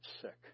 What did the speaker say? sick